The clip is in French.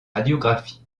radiographie